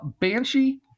Banshee